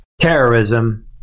terrorism